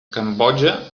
cambodja